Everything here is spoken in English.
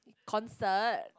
concert